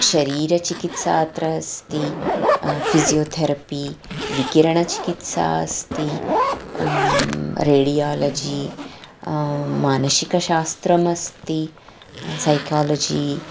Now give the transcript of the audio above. शरीरचिकित्सात्र अस्ति फ़िजियोथेरपि विकिरणचिकित्सा अस्ति रेडियालजि मानशिकशास्त्रमस्ति सैकालजी